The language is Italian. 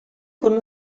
con